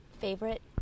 favorite